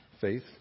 faith